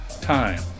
time